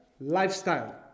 Lifestyle